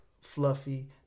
fluffy